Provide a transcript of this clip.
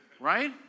right